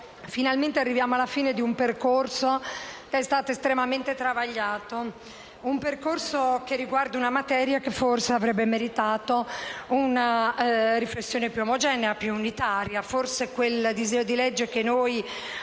finalmente arriviamo alla fine di un percorso che è stato estremamente travagliato; un percorso riguardante una materia che forse avrebbe meritato una riflessione più omogenea e unitaria. Forse quel disegno di legge che noi avevamo